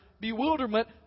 bewilderment